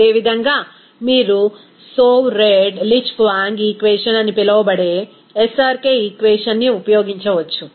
అదేవిధంగా మీరు Soave Redlich Kwong equation అని పిలువబడే SRK ఈక్వేషన్ ని ఉపయోగించవచ్చు